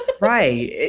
right